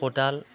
खदाल